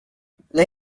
they